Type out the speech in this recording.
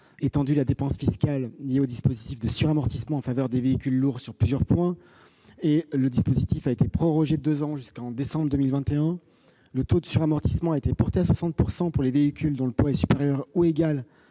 étendu la dépense fiscale liée au dispositif de suramortissement en faveur des véhicules lourds sur plusieurs points, et le dispositif a été prorogé de deux ans jusqu'en décembre 2021 ; le taux de suramortissement a été porté à 60 % pour les véhicules dont le poids est supérieur ou égal